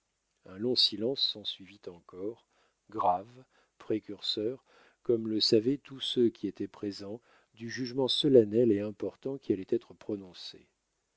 un long silence sensuivit encore grave précurseur comme le savaient tous ceux qui étaient présents du jugement solennel et important qui allait être prononcé